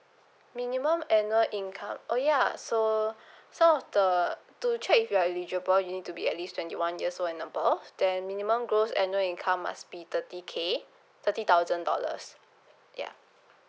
minimum annual income oh ya so some of the to check if you are eligible you need to be at least twenty one years old and above then minimum gross annual income must be thirty k thirty thousand dollars ya